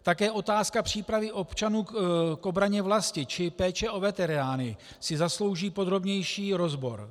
Také otázka přípravy občanů k obraně vlasti či péče o veterány si zaslouží podrobnější rozbor.